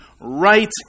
right